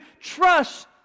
trust